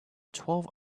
twelve